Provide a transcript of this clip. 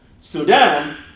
Sudan